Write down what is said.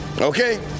okay